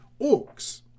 Orcs